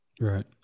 Right